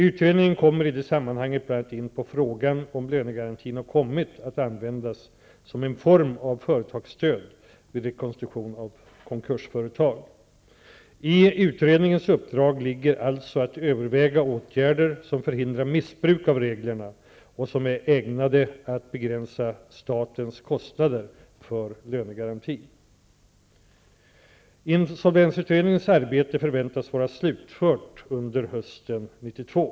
Utredningen kommer i det sammanhanget bl.a. in på frågan om lönegarantin har kommit att användas som en form av företagsstöd vid rekonstruktion av konkursföretag. I utredningens uppdrag ligger alltså att överväga åtgärder som förhindrar missbruk av reglerna och som är ägnade att begränsa statens kostnader för lönegarantin. Insolvensutredningens arbete förväntas vara slutfört under hösten 1992.